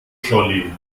scholli